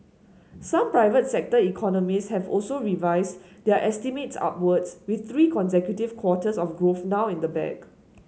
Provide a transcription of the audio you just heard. some private sector economists have also revised their estimates upwards with three consecutive quarters of growth now in the bag